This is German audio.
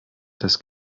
das